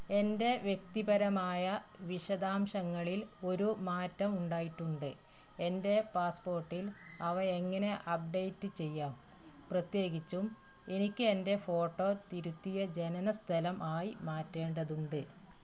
എൻ്റെ വ്യക്തിപരമായ വിശദാംശങ്ങളിൽ ഒരു മാറ്റം ഉണ്ടായിട്ടുണ്ട് എൻ്റെ പാസ്പോർട്ടിൽ അവ എങ്ങനെ അപ്ഡേറ്റ് ചെയ്യാം പ്രത്യേകിച്ചും എനിക്ക് എൻ്റെ ഫോട്ടോ തിരുത്തിയ ജനനസ്ഥലം ആയി മാറ്റേണ്ടതുണ്ട്